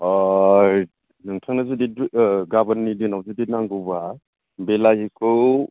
अ नोंथांनो जुदि दुइ गाबोननि दिनाव जुदि नांगौबा बिलाहिखौ